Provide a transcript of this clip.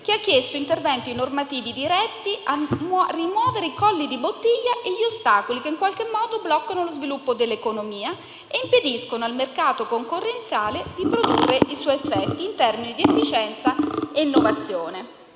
che ha chiesto interventi normativi diretti a rimuovere i colli di bottiglia e gli ostacoli che bloccano lo sviluppo dell'economia e impediscono al mercato concorrenziale di produrre i suoi effetti, in termini di efficienza e innovazione.